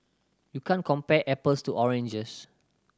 you can't compare apples to oranges